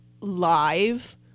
live